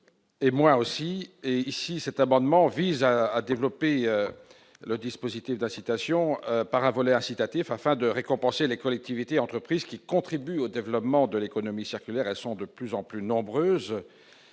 et moi aussi et ici cet abonnement visant à développer le dispositif d'incitation par un volet incitatif afin de récompenser les collectivités, entreprises qui contribuent au développement de l'économie circulaire et sont de plus en plus nombreuses,